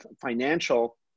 financial